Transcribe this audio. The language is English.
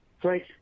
Great